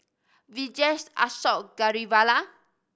Vijesh Ashok Ghariwala